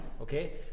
Okay